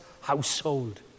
household